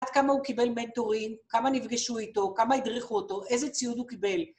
עד כמה הוא קיבל מנטורים, כמה נפגשו איתו, כמה הדריכו אותו, איזה ציוד הוא קיבל.